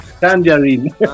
Tangerine